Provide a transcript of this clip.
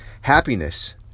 happiness